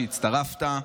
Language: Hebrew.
שהצטרפת.